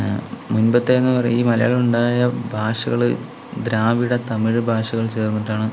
മുമ്പത്തെന്ന് പറയും ഈ മലയാളം ഉണ്ടായ ഭാഷകള് ദ്രാവിഡ തമിഴ് ഭാഷകൾ ചേർന്നിട്ടാണ്